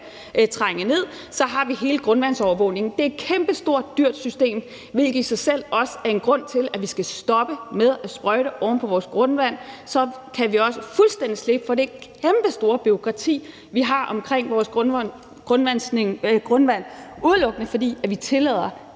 trænge ned. Og så har vi hele grundvandsovervågningen. Det er et kæmpestort dyrt system, hvilket i sig selv også er en grund til, at vi skal stoppe med at sprøjte oven på vores grundvand. Så kan vi også fuldstændig slippe for det kæmpestore bureaukrati, vi har omkring vores grundvand, udelukkende fordi vi tillader,